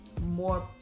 more